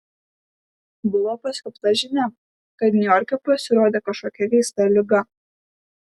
buvo paskelbta žinia kad niujorke pasirodė kažkokia keista liga